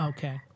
Okay